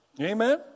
Amen